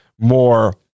more